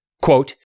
quote